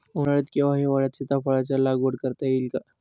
उन्हाळ्यात किंवा हिवाळ्यात सीताफळाच्या लागवड करता येईल का?